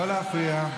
לא להפריע.